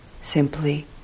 simply